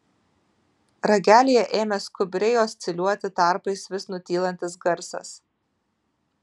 ragelyje ėmė skubriai osciliuoti tarpais vis nutylantis garsas